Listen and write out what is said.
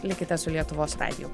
likite su lietuvos radiju